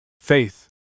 faith